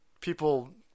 people